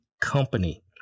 company